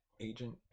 Agent